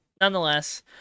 nonetheless